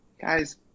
Guys